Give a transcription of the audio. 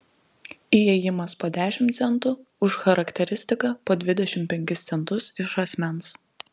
įėjimas po dešimt centų už charakteristiką po dvidešimt penkis centus iš asmens